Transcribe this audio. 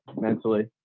mentally